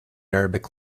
arabic